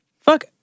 Fuck